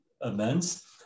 events